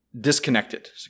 disconnected